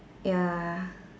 ya